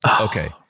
Okay